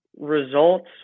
results